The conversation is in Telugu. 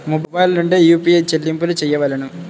మొబైల్ నుండే యూ.పీ.ఐ చెల్లింపులు చేయవలెనా?